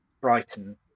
Brighton